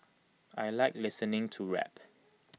I Like listening to rap